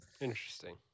Interesting